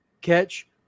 catch